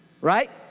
Right